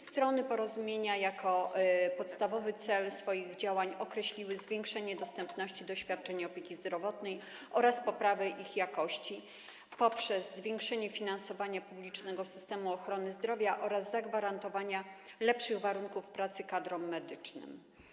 Strony porozumienia jako podstawowy cel swoich działań określiły zwiększenie dostępności świadczeń opieki zdrowotnej oraz poprawę ich jakości poprzez zwiększenie finansowania publicznego systemu ochrony zdrowia oraz zagwarantowanie lepszych warunków pracy kadrom medycznym.